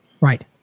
right